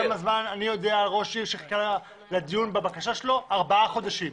אני יודע על ראש עיר שחיכה לדיון בבקשה שלו ארבעה חודשים,